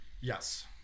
Yes